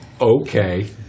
okay